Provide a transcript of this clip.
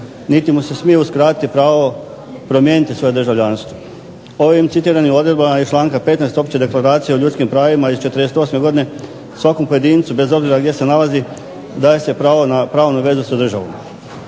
niti mu se smije uskratiti pravo promijeniti svoje državljanstvo. Ovim citiranim odredbama iz članka 15. Opće deklaracije o ljudskim pravima iz '48. godine svakom pojedincu bez obzira gdje se nalazi daje se pravo na vezu sa državom.